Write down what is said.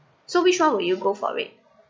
so which one will you go for it